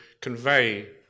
convey